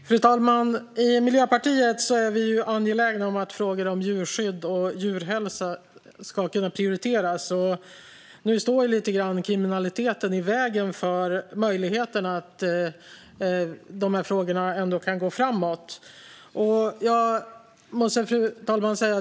Fru talman! I Miljöpartiet är vi angelägna om att frågor om djurskydd och djurhälsa prioriteras. Nu står kriminaliteten lite grann i vägen för att gå framåt med dessa frågor. Fru talman!